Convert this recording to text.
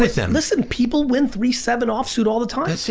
like them listen, people win three seven off suit all the time. that's it,